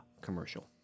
commercial